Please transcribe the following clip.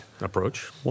approach